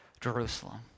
Jerusalem